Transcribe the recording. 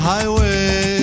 Highway